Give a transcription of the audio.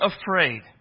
afraid